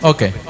Okay